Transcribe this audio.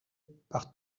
par